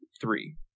three